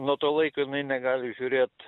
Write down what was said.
nuo to laiko jinai negali žiūrėt